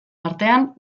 artean